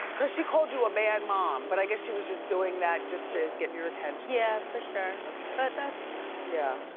cause she called you a bad mom, but i guess she was just doing that to get your attention. yeah, for sure. okay. but that's fine. yeah,